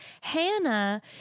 hannah